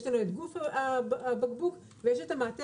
יש גוף הבקבוק ויש המעטפת,